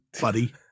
buddy